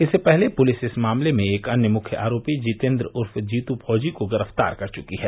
इससे पहले पुलिस इस मामले में एक अन्य मुख्य आरोपी जितेन्द्र उर्फ जीतू फौजी को गिरफ्तार कर चुकी है